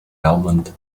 almond